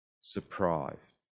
Surprised